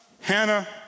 Hannah